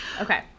Okay